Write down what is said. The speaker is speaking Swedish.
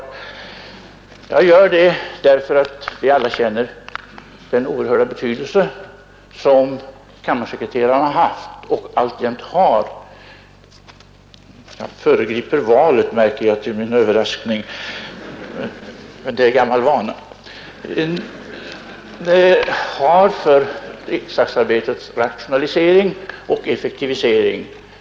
Jag gör det därför att vi alla känner den oerhörda betydelse som kammarsekreteraren har haft och alltjämt har — jag märker till min överraskning att jag föregriper valet, men det är en gammal vana — för riksdagsarbetets rationalisering och effektivisering.